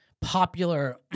popular